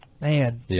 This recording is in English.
man